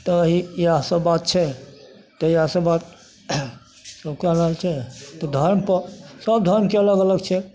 तऽ एहि इएहसब बात छै तऽ इएहसब बात सभके अलग छै तऽ धरम पर सब धरमके अलग अलग छै